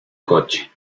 coche